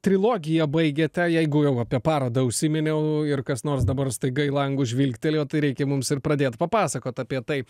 trilogija baigėte jeigu jau apie parodą užsiminiau ir kas nors dabar staiga į langus žvilgtelėjo tai reikia mums ir pradėt papasakot apie tai